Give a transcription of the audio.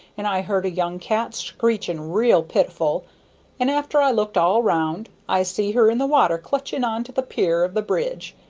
and i heard a young cat screeching real pitiful and after i looked all round, i see her in the water clutching on to the pier of the bridge,